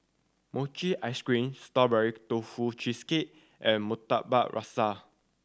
mochi ice cream Strawberry Tofu Cheesecake and Murtabak Rusa